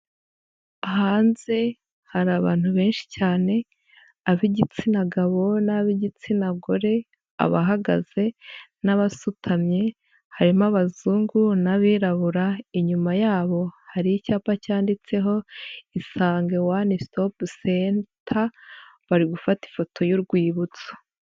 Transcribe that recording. Hanze hari abantu benshi cyane ab'igitsina gabo n'ab'igitsina gore, abahagaze n'abasutamye, harimo abazungu n'abirabura inyuma yabo hari icyapa cyanditseho Isange one stop cente bari gufata ifoto y'urwibutso.